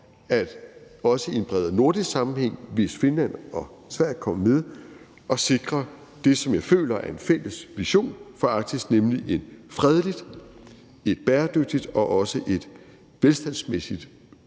om, også i en bredere nordisk sammenhæng, hvis Finland og Sverige kommer med, at sikre det, som jeg føler er en fælles vision for Arktis, nemlig et fredeligt, et bæredygtigt og også et velstandsmæssigt